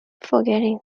forgetting